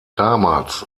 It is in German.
damals